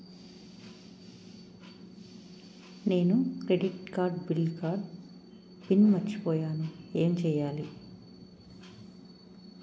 నేను credit card debit card PIN మర్చిపోయేను ఎం చెయ్యాలి?